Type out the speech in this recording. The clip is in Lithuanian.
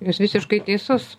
jūs visiškai teisus